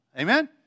Amen